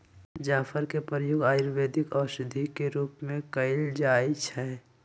जाफर के प्रयोग आयुर्वेदिक औषधि के रूप में कएल जाइ छइ